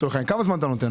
כמה זמן אתה נותן לו?